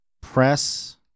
press